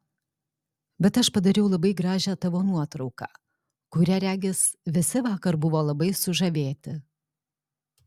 bet aš padariau labai gražią tavo nuotrauką kuria regis visi vakar buvo labai sužavėti